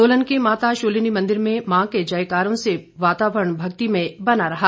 सोलन के माता शूलिनी मंदिर में मां के जयकारो से वातावरण भक्तिमय बना रहा